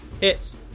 Hits